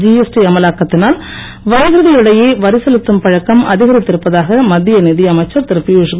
GST அமலாக்கத்தினால் வணிகர்களிடையே வரி செலுத்தும் பழக்கம் அதிகரித்து இருப்பதாக மத்திய நிதியமைச்சர் திருபியூஷ்